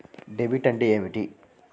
Debit అంటే ఏమిటి?